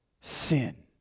sin